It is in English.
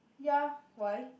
ya why